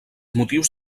motius